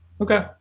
Okay